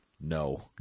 No